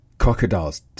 Crocodiles